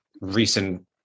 recent